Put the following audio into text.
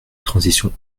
transition